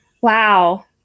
Wow